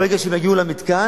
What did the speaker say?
ברגע שהם יגיעו למתקן,